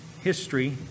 history